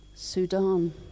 Sudan